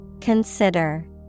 Consider